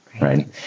Right